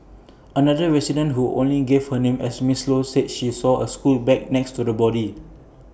another resident who only gave her name as Ms low said she saw A school bag next to the body